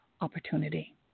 opportunity